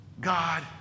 God